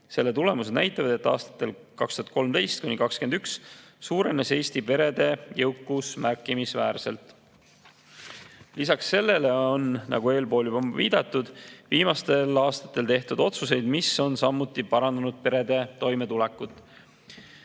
Selle tulemused näitavad, et aastatel 2013–2021 suurenes Eesti perede jõukus märkimisväärselt. Lisaks sellele on, nagu eelpool juba viidatud, viimastel aastatel tehtud otsuseid, mis on samuti parandanud perede toimetulekut.